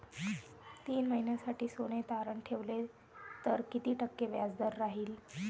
तीन महिन्यासाठी सोने तारण ठेवले तर किती टक्के व्याजदर राहिल?